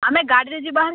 ଆମେ ଗାଡ଼ିରେ ଯିବା